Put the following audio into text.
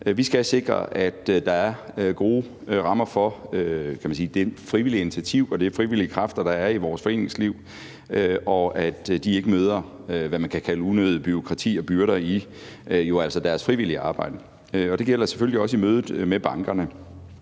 Vi skal sikre, at der er gode rammer for det frivillige initiativ og de frivillige kræfter, der er i vores foreningsliv, og at de ikke møder, hvad man kan kalde unødigt bureaukrati og unødige byrder i deres frivillige arbejde. Det gælder selvfølgelig også i mødet med bankerne.